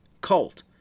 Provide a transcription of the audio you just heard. cult